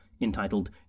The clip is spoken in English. entitled